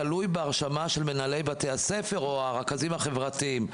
זה תלוי בהרשמה של מנהלי בתי הספר או הרכזים החברתיים.